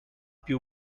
più